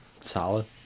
Solid